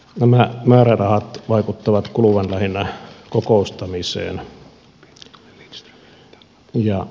nämä määrärahat vaikuttavat kuluvan lähinnä kokoustamiseen